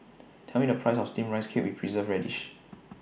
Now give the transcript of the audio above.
Tell Me The Price of Steamed Rice Cake with Preserved Radish